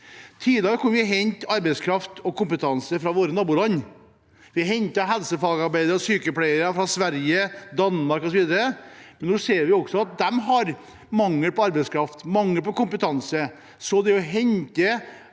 Tidligere kunne vi hente arbeidskraft og kompetanse fra våre naboland. Vi hentet helsefagarbeidere og sykepleiere fra Sverige, Danmark osv., men nå ser vi at de også har mangel på arbeidskraft og kompetanse.